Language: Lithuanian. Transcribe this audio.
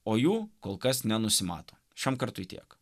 o jų kol kas nenusimato šiam kartui tiek